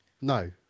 No